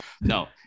no